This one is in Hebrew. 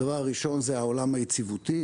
הדבר הראשון זה העולם היציבותי.